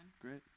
Great